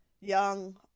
young